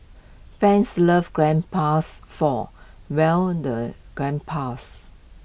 fans love grandpas for well the grandpas